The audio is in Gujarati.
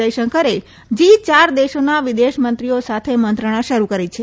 જયશંકરે જી યાર દેશોના વિદેશમંત્રીઓ સાથે મંત્રણા શરૂ કરી છે